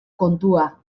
kontua